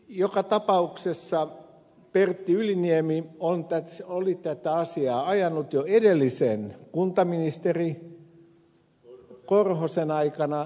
joka tapauksessa pertti yliniemi oli tätä asiaa ajanut jo edellisen kuntaministeri korhosen aikana